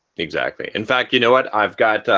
exactly. in fact, you know what? i've got.